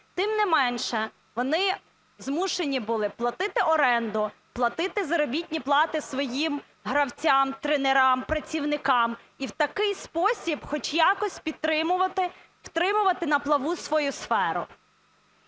Тим не менше, вони змушені були платити оренду, платити заробітні плати своїм гравцям, тренерам, працівникам, і в такий спосіб хоч якось підтримувати, втримувати на плаву свою сферу.